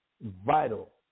vital